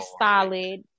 solid